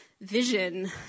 vision